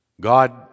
God